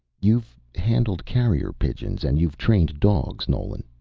you've handled carrier pigeons and you've trained dogs, nolan,